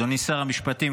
אדוני שר המשפטים,